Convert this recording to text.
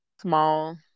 small